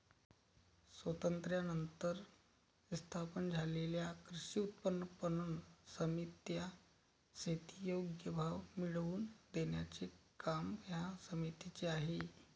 स्वातंत्र्यानंतर स्थापन झालेल्या कृषी उत्पन्न पणन समित्या, शेती योग्य भाव मिळवून देण्याचे काम या समितीचे आहे